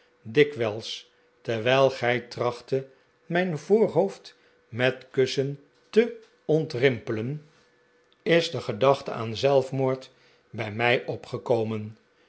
dikwijls terwijl gij trachttet mijn voorhoofd met kussen te ontrimpelen is de gedachim maarten chuzzl ewit te aan zelfmoord in mij opgekomen